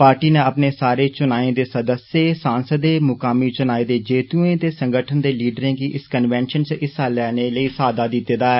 party नै अपने सारे चुनोए दे सदस्यें सांसदें मकामी चुनाए दे जेत्तुएं ते संगठन दे लीडरें गी इस कवेनषन च हिस्सा लैने दा साद्दा दिते दा ऐ